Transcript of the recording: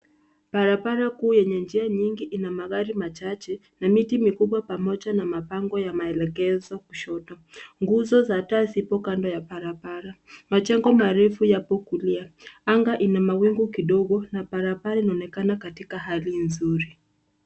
Barabara kuu yenye njia nyingi ina magari machache , na miti mikubwa pamoja na mabango ya maelekezo kushoto. Nguzo za taa zipo kando ya barabara. Majengo marefu yapo kulia. Anga ina mawingu kidogo na barabara inaonekana katika hali nzuri.